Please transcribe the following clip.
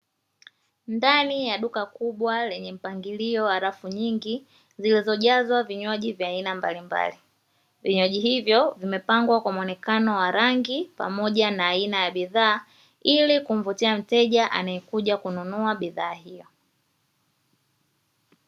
Ndani ya duka kubwa lenye mpangilio wa rafu nyingi zilizojazwa vinywaji mbalimbali vinywaji hivyo vimepangwa kwa muonekano wa rangi pamoja na aina ya bidhaa ili kumvutia mteja aneyekuja kununua bidhaa hiyo.